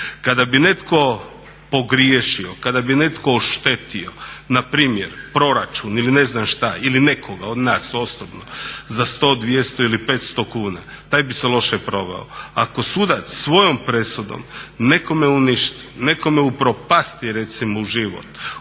Kada bi netko pogriješio, kada bi netko oštetio npr. proračun ili ne znam šta ili nekoga od nas osobno za 100, 200 ili 500 kn taj bi se loše proveo. Ako sudac svojom presudom nekome uništi, nekome upropasti recimo život,